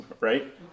right